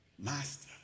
master